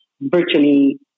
virtually